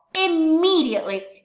immediately